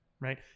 right